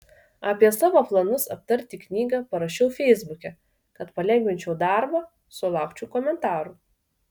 apie savo planus aptarti knygą parašiau feisbuke kad palengvinčiau darbą sulaukčiau komentarų